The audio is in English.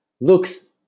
looks